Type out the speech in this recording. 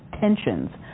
tensions